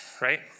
right